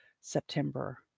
September